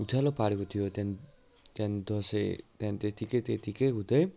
उजालो पारेको थियो त्यहाँदेखि त्यहाँदेखि दसैँ त्यहाँदेखि त्यतिकै त्यतिकै हुँदै